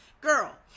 girl